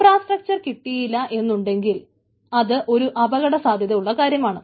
infrastructure കിട്ടിയില്ല എന്നുണ്ടെങ്കിൽ അത് ഒരു അപകട സാധ്യത ഉള്ള കാര്യമാണ്